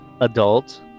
adult